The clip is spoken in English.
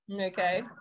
okay